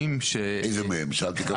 איזה מהן שאלתי הרבה.